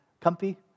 comfy